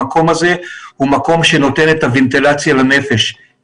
זאת יש מקום לייצר כלל שיסביר לציבור איך נכון להתנהג כדי למנוע מגעים.